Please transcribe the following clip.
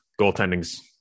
goaltending's